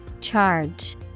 Charge